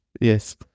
Yes